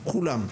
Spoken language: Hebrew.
כולם.